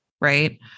right